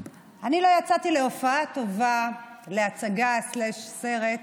לא יצאתי להופעה טובה, להצגה או סרט,